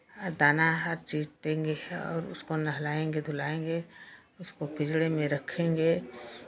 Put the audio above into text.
आ दाना हर चीज़ देंगे और उसको नहलाएँगे धुलाएँगे उसको पिंजरे में रखेंगे